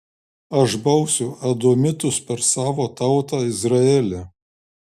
aš bausiu edomitus per savo tautą izraelį